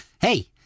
hey